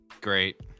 great